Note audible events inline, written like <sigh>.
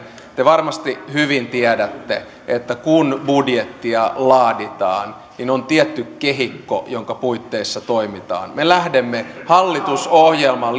te varmasti hyvin tiedätte että kun budjettia laaditaan niin on tietty kehikko jonka puitteissa toimitaan me lähdemme hallitusohjelman <unintelligible>